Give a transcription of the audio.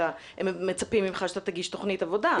הם מצפים ממך שתגיש תוכנית עבודה.